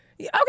Okay